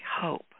hope